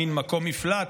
מין מקום מפלט.